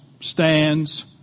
stands